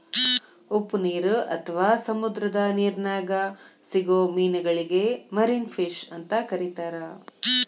ಉಪ್ಪನೇರು ಅತ್ವಾ ಸಮುದ್ರದ ನಿರ್ನ್ಯಾಗ್ ಸಿಗೋ ಮೇನಗಳಿಗೆ ಮರಿನ್ ಫಿಶ್ ಅಂತ ಕರೇತಾರ